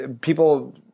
people